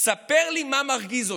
ספר לי מה מרגיז אותך.